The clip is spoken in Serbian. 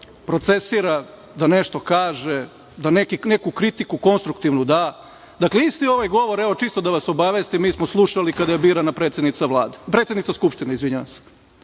procesira, da nešto kaže, da neku kritiku konstruktivnu da. Dakle, isti ovaj govor, evo čisto da vas obavestim, mi smo slušali kada je birana predsednica Skupštine.